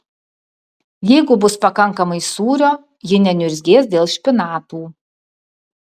jeigu bus pakankamai sūrio ji neniurzgės dėl špinatų